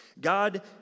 God